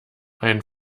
ein